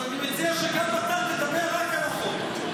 אז אני מציע שרק אתה תדבר רק על החוק,